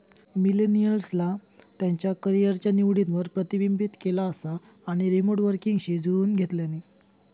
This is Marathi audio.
मिलेनियल्सना त्यांच्या करीयरच्या निवडींवर प्रतिबिंबित केला असा आणि रीमोट वर्कींगशी जुळवुन घेतल्यानी